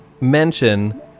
mention